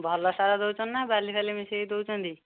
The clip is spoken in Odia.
ଭଲ ସାର ଦେଉଛନ୍ତି ନା ବାଲି ଫାଲି ମିଶେଇକି ଦେଉଛନ୍ତି